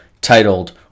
titled